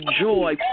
joy